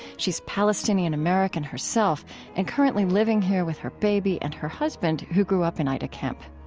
she's palestinian-american herself and currently living here with her baby and her husband, who grew up in aida camp.